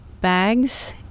bags